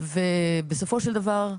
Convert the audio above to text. ובסופו של דבר,